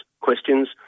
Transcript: questions